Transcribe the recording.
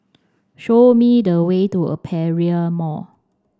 show me the way to Aperia Mall